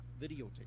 videotape